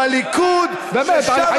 היא נמצאת בתוך הבית שלו, בליכוד, באמת.